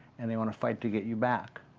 and they want to fight to get you back.